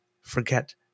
forget